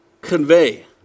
convey